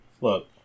look